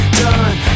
done